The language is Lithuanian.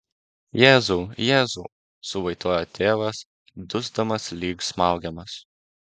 jėzau jėzau suvaitoja tėvas dusdamas lyg smaugiamas